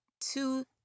two